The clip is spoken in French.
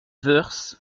woerth